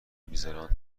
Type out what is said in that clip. میزارن